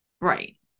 Right